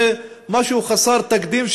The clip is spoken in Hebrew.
זה משהו חסר תקדים,